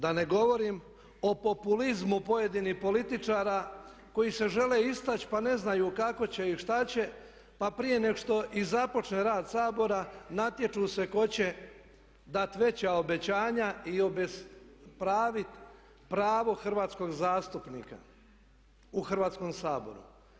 Da ne govorim o populizmu pojedinih političara koji se žele istaći pa ne znaju kako će i što će pa prije nego što i započne rad Sabora natječu se tko će dati veća obećanja i obespraviti pravo hrvatskog zastupnika u Hrvatskom saboru.